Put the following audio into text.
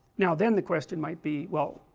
now then the question might be, well,